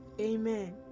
Amen